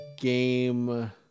game